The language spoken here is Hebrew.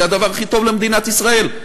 זה הדבר הכי טוב למדינת ישראל,